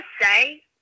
say